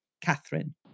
Catherine